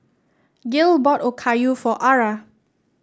Gil bought Okayu for Ara